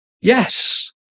yes